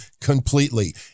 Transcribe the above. completely